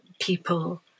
people